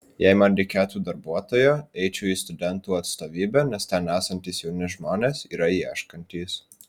jei man reikėtų darbuotojo eičiau į studentų atstovybę nes ten esantys jauni žmonės yra ieškantys